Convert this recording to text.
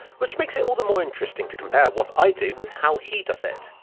which makes it all the more interesting to compare what i do with how he does it,